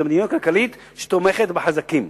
זה מדיניות כלכלית שתומכת בחזקים.